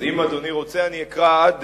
אז אם אדוני רוצה, אני אקרא עד